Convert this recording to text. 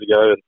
ago